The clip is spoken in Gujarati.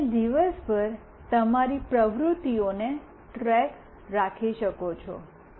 તમે દિવસભર તમારી પ્રવૃત્તિઓનો ટ્રેક રાખી શકો છો